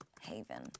haven